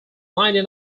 ninety